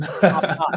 top-notch